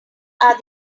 are